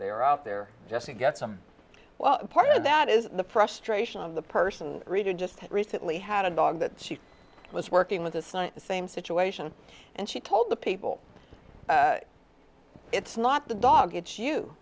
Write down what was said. they are out there just to get some well part of that is the frustration of the person reader just recently had a dog that she was working with this night the same situation and she told the people it's not the dog it's you